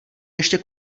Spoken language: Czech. ještě